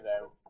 out